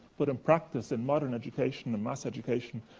but in practice, in modern education and mass education,